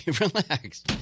relax